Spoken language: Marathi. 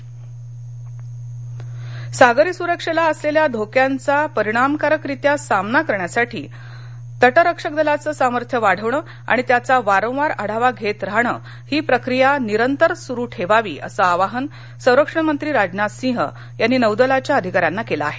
राजनाथ सिंह नौदल परिषद सागरी सुरक्षेला असलेल्या धोक्यांचा परिणामकारकरित्या सामना करण्यासाठी तटरक्षक दलाचं सामर्थ्य वाढवणं आणि त्याचा वारंवार आढावा घेतराहणं ही प्रक्रिया निरंतर सुरू ठेवावी असं आवाहन संरक्षण मंत्री राजनाथ सिंह यांनी नौदलाच्या अधिकाऱ्यांना केलं आहे